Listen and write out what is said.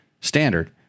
standard